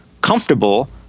comfortable